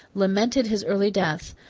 lamented his early death,